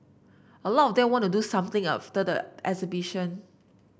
a lot of them want to do something after the exhibition